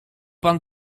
pan